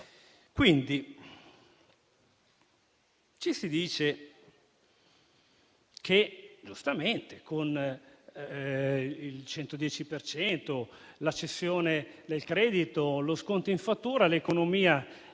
Quindi ci si dice che, giustamente, con il 110 per cento, la cessione del credito e lo sconto in fattura l'economia